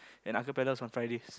and acapellas was on Fridays